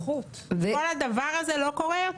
כל הדבר הזה לא קורה יותר.